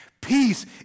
Peace